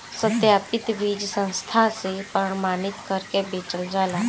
सत्यापित बीज संस्था से प्रमाणित करके बेचल जाला